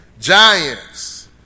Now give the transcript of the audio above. giants